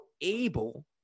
able